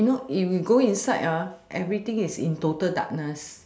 you know if you go inside everything is in total darkness